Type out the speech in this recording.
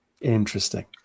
Interesting